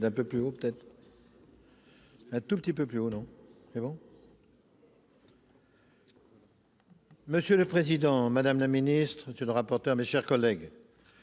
Monsieur le président, madame la ministre, monsieur le rapporteur, mes chers collègues,